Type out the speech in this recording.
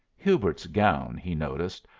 hubert's gown, he noticed,